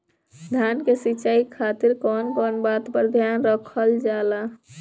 धान के सिंचाई खातिर कवन कवन बात पर ध्यान रखल जा ला?